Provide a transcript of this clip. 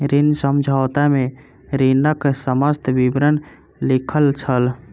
ऋण समझौता में ऋणक समस्त विवरण लिखल छल